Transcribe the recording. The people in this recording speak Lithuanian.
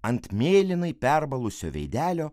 ant mėlynai perbalusio veidelio